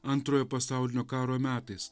antrojo pasaulinio karo metais